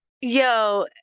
Yo